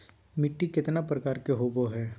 मिट्टी केतना प्रकार के होबो हाय?